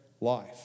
Life